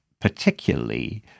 particularly